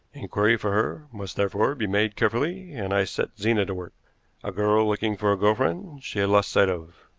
inquiry for her must therefore be made carefully and i set zena to work a girl looking for a girl friend she had lost sight of.